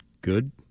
good